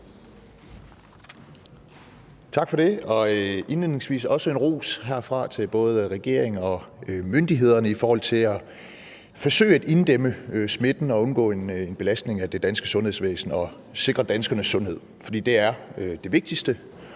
Tak for det. Indledningsvis vil jeg også rette en ros herfra til både regering og myndigheder i forhold til at forsøge at inddæmme smitten og undgå en belastning af det danske sundhedsvæsen og sikre danskernes sundhed. For det er det vigtigste.